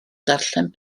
darllen